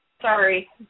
Sorry